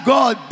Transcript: God